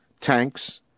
tanks